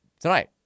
Tonight